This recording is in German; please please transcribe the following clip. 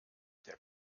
der